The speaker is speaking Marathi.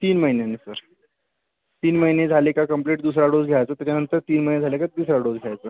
तीन महिन्यांनी सर तीन महिने झाले का कंप्लिट दुसरा डोस घ्यायचा त्याच्यानंतर तीन महिने झाले का तिसरा डोस घ्यायचा